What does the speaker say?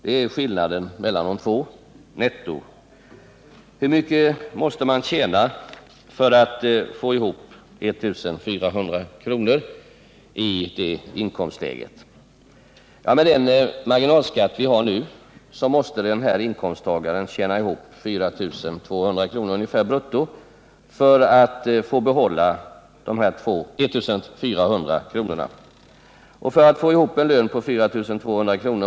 Det är nettoskillnaden — Nr 56 mellan de två. Hur mycket måste man tjäna för att få ihop 1 400 kr. i det Fredagen den inkomstläget? Med den marginalskatt vi nu har måste den här inkomstta 15 december 1978 garen tjäna ihop 4 200 kr. brutto för att få behålla de 1 400 kronorna. För att få ihop en lön på 4 200 kr.